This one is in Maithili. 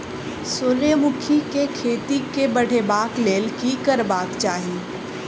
सूर्यमुखी केँ खेती केँ बढ़ेबाक लेल की करबाक चाहि?